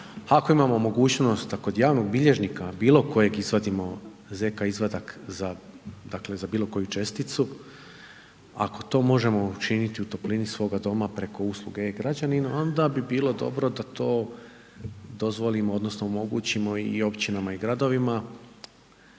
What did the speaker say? ako imamo mogućnost da kod javnog bilježnika bilokojeg izvadimo ZK izvadak za dakle za bilokoju česticu, ako to možemo učini ti u toplini svoga doma preko usluge E-građanina, onda bi bilo dobro da to dozvolimo odnosno omogućimo i općinama i gradovima